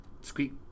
Squeak